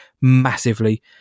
massively